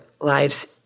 lives